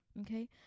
okay